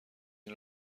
این